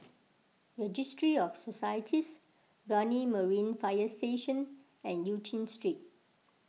Registry of Societies Brani Marine Fire Station and Eu Chin Street